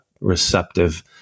receptive